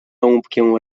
rąbkiem